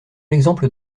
l’exemple